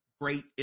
great